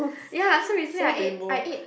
ya so recently I ate I ate